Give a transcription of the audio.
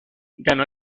ganó